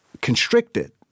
constricted